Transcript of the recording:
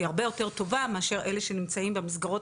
הרבה יותר טובה מאשר אלה שנמצאים במסגרות